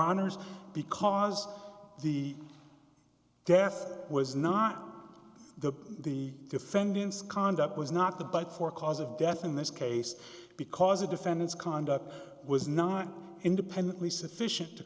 honour's because the death was not the the defendant's conduct was not the but for cause of death in this case because a defendant's conduct was not independently sufficient to